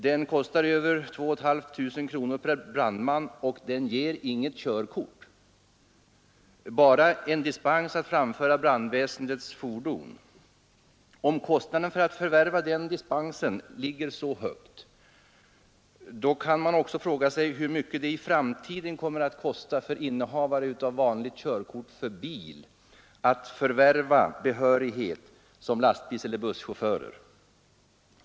Den kostar över två och ett halvt tusen per brandman och ger inget körkort, bara en dispens att framföra brandväsendets fordon. Om kostnaden för att förvärva denna dispens ligger så högt kan man också fråga sig, hur mycket det kommer att kosta i framtiden för de innehavare av vanligt körkort som vill förvärva behörighet som lastbilseller busschaufförer.